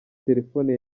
telefone